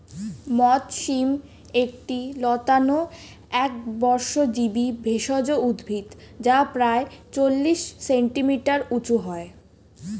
মথ শিম একটি লতানো একবর্ষজীবি ভেষজ উদ্ভিদ যা প্রায় চল্লিশ সেন্টিমিটার উঁচু হয়